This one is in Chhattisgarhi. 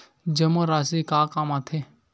जमा राशि का काम आथे?